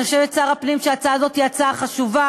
אני חושבת, שר הפנים, שההצעה הזאת היא הצעה חשובה.